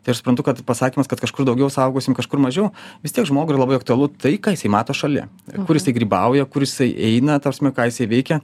tai aš suprantu kad pasakymas kad kažkur daugiau saugosim kažkur mažiau vis tiek žmogui yra labai aktualu tai ką jisai mato šalia kur jis grybauja kur jisai eina ta prasme ką jis ji veikia